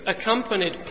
accompanied